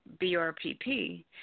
BRPP